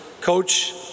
coach